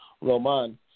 Roman